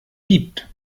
gibt